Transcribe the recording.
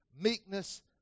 meekness